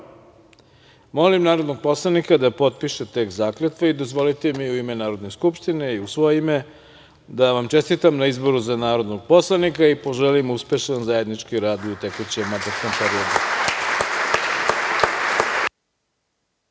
narodnog poslanika da potpiše tekst zakletve. Dozvolite mi u ime Narodne skupštine i u svoje ime da vam čestitam na izboru za narodnog poslanika i poželim uspešan zajednički rad u tekućem mandatnom